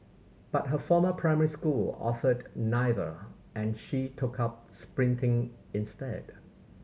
but her former primary school offered neither and she took up sprinting instead